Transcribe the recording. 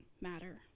matter